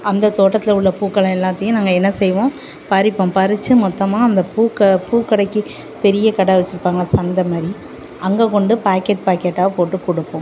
அந்த தோட்டத்தில் உள்ள பூக்களை எல்லாத்தையும் நாங்கள் என்ன செய்வோம் பறிப்போம் பறித்து மொத்தமாக அந்த பூக்க பூக்கடைக்கு பெரிய கடை வச்சிருப்பாங்கள சந்தை மாதிரி அங்கே கொண்டு பாக்கெட் பாக்கெட்டாக போட்டுக்குடுப்போம்